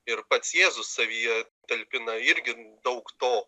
ir pats jėzus savyje talpina irgi daug to